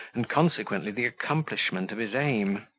and consequently the accomplishment of his aim.